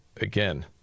again